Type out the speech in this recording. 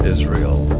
Israel